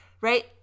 right